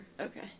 Okay